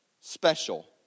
special